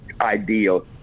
ideal